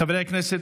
חברי הכנסת,